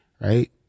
right